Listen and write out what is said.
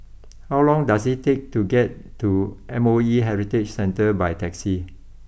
how long does it take to get to M O E Heritage Centre by taxi